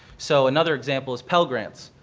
so another example is pell grants.